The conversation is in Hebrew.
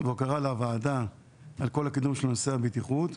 והוקרה לוועדה על כול הקידום של נושא הבטיחות,